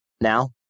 Now